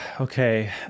Okay